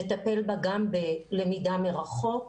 נטפל בה גם בלמידה מרחוק,